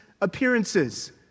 appearances